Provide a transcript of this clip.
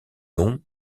nom